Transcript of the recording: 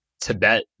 Tibet